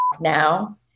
now